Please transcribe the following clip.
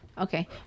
Okay